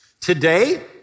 Today